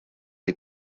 des